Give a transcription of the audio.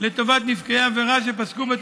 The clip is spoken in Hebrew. ואני מקווה שההערות שלי שהעליתי פה,